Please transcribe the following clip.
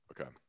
Okay